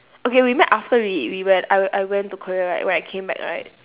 okay we met after we we went I I went to korea right when I came back right